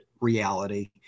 reality